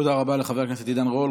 תודה רבה לחבר הכנסת עידן רול.